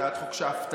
הצעת חוק שאפתנית,